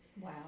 Wow